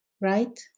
right